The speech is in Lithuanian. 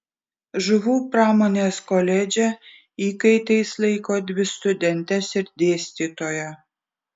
žuvų pramonės koledže įkaitais laiko dvi studentes ir dėstytoją